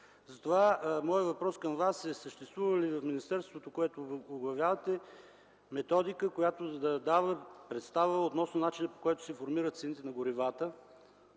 завърша. Моят въпрос към Вас е: съществува ли в министерството, което оглавявате, методика, която да дава представа за начина, по който се формират цените на горивата?